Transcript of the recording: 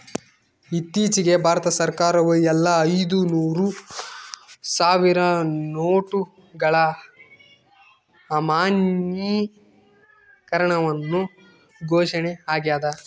ಇತ್ತೀಚಿಗೆ ಭಾರತ ಸರ್ಕಾರವು ಎಲ್ಲಾ ಐದುನೂರು ಸಾವಿರ ನೋಟುಗಳ ಅಮಾನ್ಯೀಕರಣವನ್ನು ಘೋಷಣೆ ಆಗ್ಯಾದ